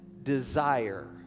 desire